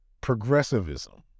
progressivism